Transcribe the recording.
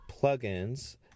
plugins